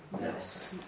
Yes